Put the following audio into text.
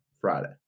Friday